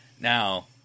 now